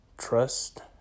Trust